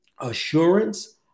assurance